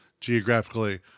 geographically